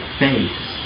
face